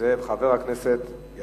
הכנסת נסים זאב.